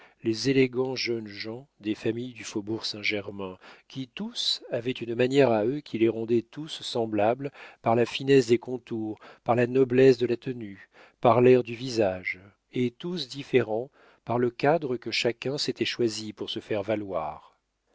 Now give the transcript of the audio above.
les élégants jeunes gens des familles du faubourg saint-germain qui tous avaient une manière à eux qui les rendait tous semblables par la finesse des contours par la noblesse de la tenue par l'air du visage et tous différents par le cadre que chacun s'était choisi pour se faire valoir